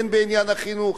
הן בעניין החינוך,